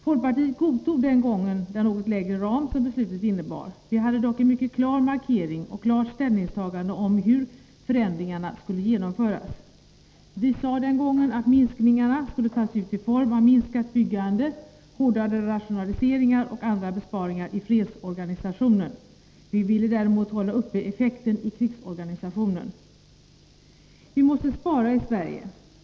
Folkpartiet godtog den gången den något lägre ram som beslutet innebar. Vi hade dock en mycket klar markering och ett klart ställningstagande i fråga om hur förändringarna skulle genomföras. Vi sade den gången att minskningarna skulle tas ut i form av minskat byggande, hårdare rationaliseringar och andra besparingar i fredsorganisationen. Vi ville däremot upprätthålla effektiviteten i krigsorganisationen. Vi måste spara i Sverige.